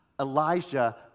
Elijah